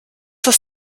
das